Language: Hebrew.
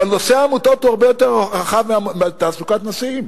אבל נושא העמותות הוא הרבה יותר רחב מתעסוקת נשים.